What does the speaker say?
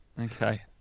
Okay